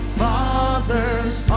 father's